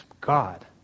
God